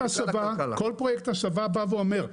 כל פרויקט הסבה בא ואומר,